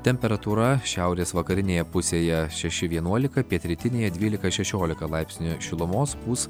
temperatūra šiaurės vakarinėje pusėje šeši vienuolika pietrytinėje dvylika šešiolika laipsnių šilumos pūs